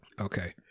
Okay